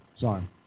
Sorry